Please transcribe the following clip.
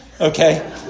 Okay